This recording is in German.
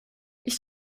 ich